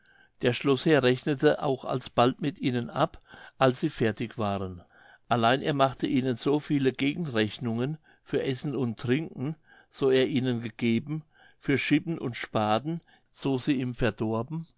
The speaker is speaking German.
der schloßherr rechnete auch alsbald mit ihnen ab als sie fertig waren allein er machte ihnen so viele gegenrechnungen für essen und trinken so er ihnen gegeben für schippen und spaten so sie ihm verdorben